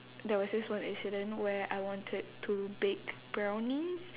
there was this one incident where I wanted to bake brownies